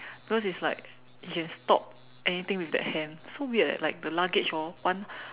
because it's like you can stop anything with that hand so weird eh like the luggage orh one